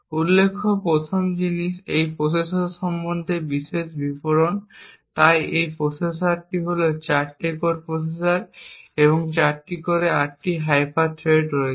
উল্লেখ্য 1ম জিনিস এই প্রসেসর সম্পর্কে বিশদ বিবরণ তাই এই প্রসেসর হল 4 কোর প্রসেসর এবং এই 4 কোরে 8টি হাইপার থ্রেট রয়েছে